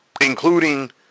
including